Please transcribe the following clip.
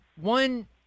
One